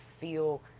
feel